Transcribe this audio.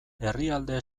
herrialde